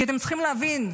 כי אתם צריכים להבין,